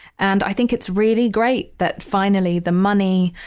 and i think it's really great that finally the money,